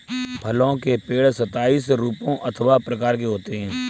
फलों के पेड़ सताइस रूपों अथवा प्रकार के होते हैं